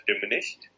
diminished